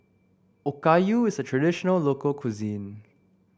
Okayu is a traditional local cuisine